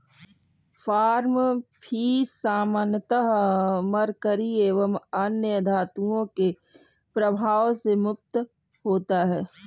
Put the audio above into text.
farm fish सामान्यतः mercury एवं अन्य धातुओं के प्रभाव से मुक्त होता है